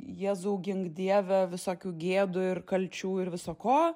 jėzau gink dieve visokių gėdų ir kalčių ir viso ko